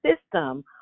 system